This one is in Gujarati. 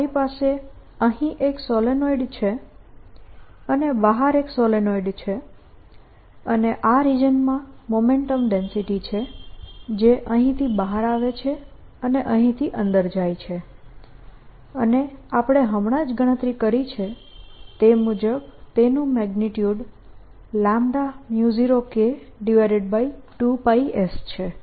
Momentum Density0K2πs તો મારી પાસે અહીં એક સોલેનોઇડ છે અને બહાર એક સોલેનોઇડ છે અને આ રિજનમાં મોમેન્ટમ ડેન્સિટી છે જે અહીંથી બહાર આવે છે અને અહીંથી અંદર જાય છે અને આપણે હમણાં જ ગણતરી કરી છે તે મુજબ તેનું મેગ્નીટ્યુડ 0K2πs છે